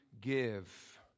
give